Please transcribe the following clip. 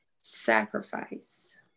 sacrifice